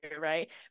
right